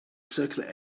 circular